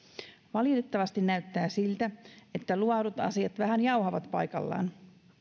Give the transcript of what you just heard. valitettavasti näyttää siltä että luvatut asiat vähän jauhavat paikallaan